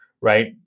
right